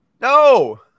No